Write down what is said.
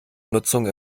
nutzung